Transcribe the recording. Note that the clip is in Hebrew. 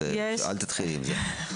אז אל תתחילי עם זה...